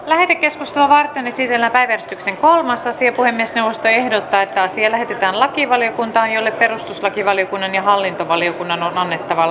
lähetekeskustelua varten esitellään päiväjärjestyksen kolmas asia puhemiesneuvosto ehdottaa että asia lähetetään lakivaliokuntaan jolle perustuslakivaliokunnan ja hallintovaliokunnan on annettava